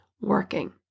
working